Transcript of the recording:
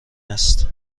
است